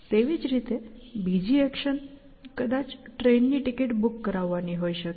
તેવી જ રીતે બીજી એક્શન કદાચ ટ્રેનની ટિકિટ બુક કરાવવાની હોઈ શકે